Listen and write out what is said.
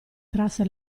trasse